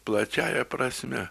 plačiąja prasme